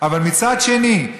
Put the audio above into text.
אבל מצד שני,